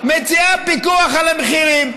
מציעה פיקוח על המחירים.